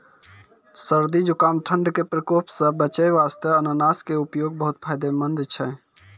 सर्दी, जुकाम, ठंड के प्रकोप सॅ बचै वास्तॅ अनानस के उपयोग बहुत फायदेमंद छै